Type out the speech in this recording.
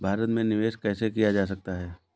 भारत में निवेश कैसे किया जा सकता है?